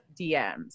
DMs